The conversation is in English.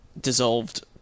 Dissolved